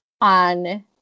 on